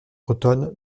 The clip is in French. bretonne